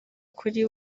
kuri